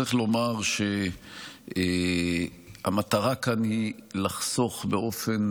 צריך לומר שהמטרה כאן היא לחסוך באופן